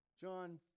John